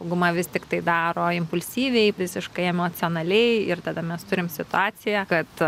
dauguma vis tiktai daro impulsyviai fiziškai emocionaliai ir tada mes turim situaciją kad